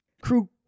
Crew